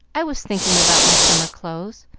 i was thinking about my summer clothes.